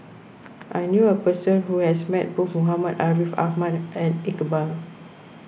I knew a person who has met both Muhammad Ariff Ahmad and Iqbal